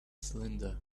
cylinder